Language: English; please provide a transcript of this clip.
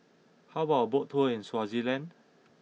how about a boat tour in Swaziland